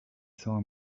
saw